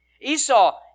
Esau